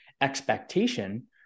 expectation